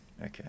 Okay